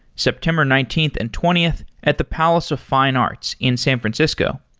september nineteenth and twentieth at the palace of fine arts in san francisco.